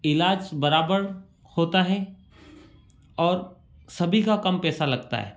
ईलाज बराबर होता है और सभी का कम पैसा लगता है